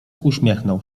uśmiechnął